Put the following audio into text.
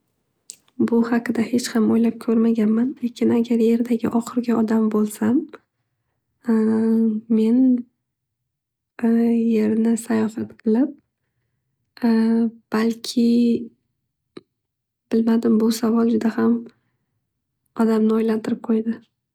Bu haqida hech ham o'ylab ko'rmaganman. Lekin agar yerdagi ohirgi odam bo'lsam men yerni sayohat qilib hesitation balki bilmadim bu savol juda ham odamni o'ylantirib qo'ydi.